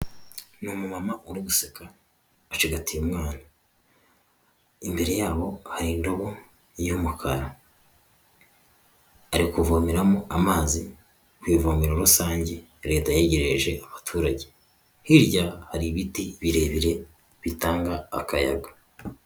Ni umumama uri guseka ucigatiye umwana imbere yabo aho ingabo iyo umukara ari kuvomeramo amazi ku ivomero rusange leta yegereje abaturage hirya hari ibiti birebire bitanga akayaga.